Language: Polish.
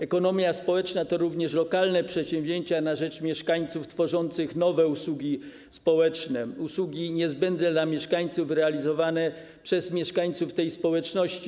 Ekonomia społeczna to również lokalne przedsięwzięcia na rzecz mieszkańców tworzących nowe usługi społeczne, usługi niezbędne dla mieszkańców realizowane przez mieszkańców tej społeczności.